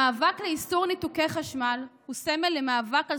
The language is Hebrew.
המאבק לאיסור ניתוקי חשמל הוא סמל למאבק על